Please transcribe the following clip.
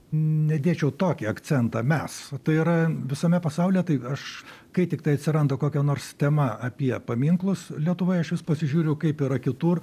nedėčiau tokį akcentą mes tai yra visame pasaulyje tai aš kai tiktai atsiranda kokia nors tema apie paminklus lietuvoje aš vis pasižiūriu kaip yra kitur